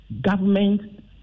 government